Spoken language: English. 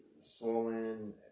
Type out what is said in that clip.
swollen